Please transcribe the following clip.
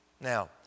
Now